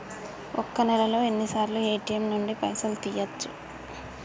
ఒక్క నెలలో ఎన్నిసార్లు ఏ.టి.ఎమ్ నుండి పైసలు తీయచ్చు?